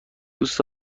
دوست